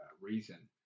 reason